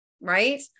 Right